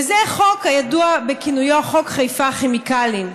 וזה חוק הידוע בכינויו: חוק חיפה כימיקלים.